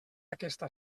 aquesta